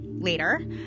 Later